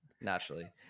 naturally